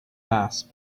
mass